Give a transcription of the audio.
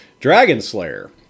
Dragonslayer